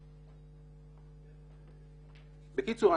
בקיצור,